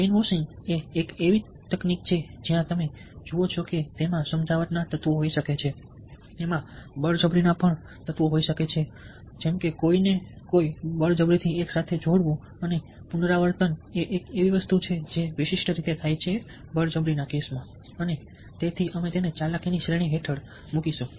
brainwashing એ એક તકનીક છે જ્યાં તમે જુઓ છો કે તેમાં સમજાવટ ના તત્વો હોઈ શકે છે તેમાં બળજબરીનાં તત્વો પણ હોઈ શકે છે કોઈને બળજબરીથી એકસાથે જોડવું અને પુનરાવર્તન એ એક એવી વસ્તુ છે જે વિશિષ્ટ રીતે થાય છે અને તેથી અમે તેને ચાલાકી ની શ્રેણી હેઠળ મૂકીશું